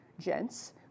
gents